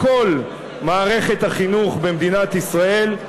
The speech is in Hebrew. לכל מערכת החינוך במדינת ישראל,